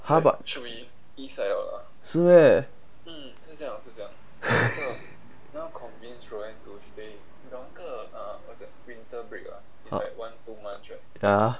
!huh! but 是 meh ya